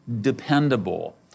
dependable